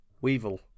Weevil